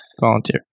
Volunteer